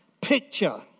picture